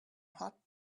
hot